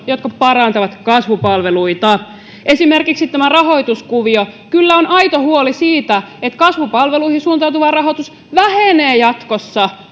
jotka parantavat kasvupalveluita esimerkiksi tämä rahoituskuvio kyllä on aito huoli siitä että kasvupalveluihin suuntautuva rahoitus vähenee jatkossa